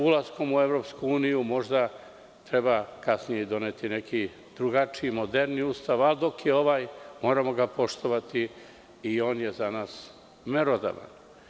Ulaskom u EU možda treba kasnije doneti neki drugačiji moderniji ustav, a dok je ovaj moramo ga poštovati i on je za nas merodavan.